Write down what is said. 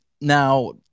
Now